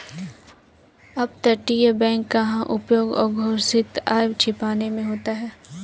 अपतटीय बैंक का उपयोग अघोषित आय छिपाने में होता है